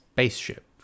spaceship